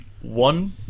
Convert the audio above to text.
one